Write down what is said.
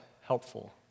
helpful